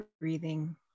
breathing